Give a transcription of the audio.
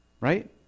right